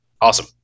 Awesome